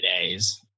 days